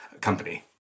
company